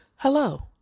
Hello